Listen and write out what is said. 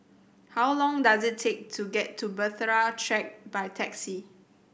how long does it take to get to Bahtera Track by taxi